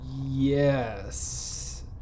Yes